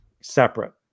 separate